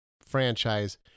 franchise